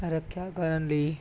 ਰੱਖਿਆ ਕਰਨ ਲਈ